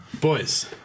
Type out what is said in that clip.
boys